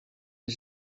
een